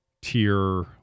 tier